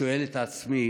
שואל את עצמי: